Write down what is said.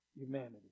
humanity